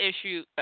issue